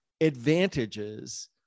advantages